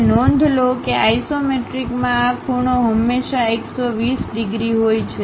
અને નોંધ લો કે આઇસોમેટ્રિકમાં આ ખૂણો હંમેશાં 120 ડિગ્રી હોય છે